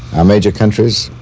um major countries?